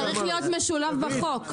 זה צריך להיות משולב בחוק.